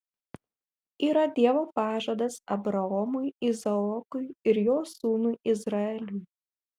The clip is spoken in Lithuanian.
yra dievo pažadas abraomui izaokui ir jo sūnui izraeliui